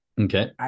Okay